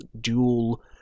dual